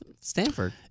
Stanford